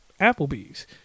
Applebee's